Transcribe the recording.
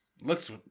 Looks